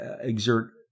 exert